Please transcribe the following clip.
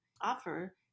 offer